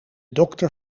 dokter